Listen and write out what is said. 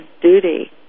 duty